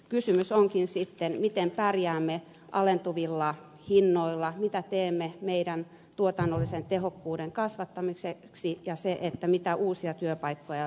kysymys onkin sitten siitä miten pärjäämme alentuvilla hinnoilla mitä teemme tuotannollisen tehokkuuden kasvattamiseksi ja mitä uusia työpaikkoja löydämme